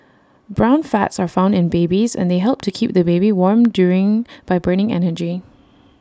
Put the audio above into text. brown fats are found in babies and they help to keep the baby warm during by burning energy